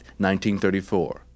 1934